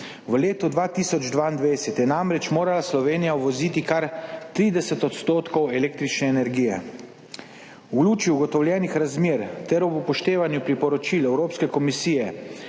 V letu 2022 je namreč morala Slovenija uvoziti kar 30 % električne energije. V luči ugotovljenih razmer ter ob upoštevanju priporočil Evropske komisije